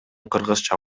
кыргызча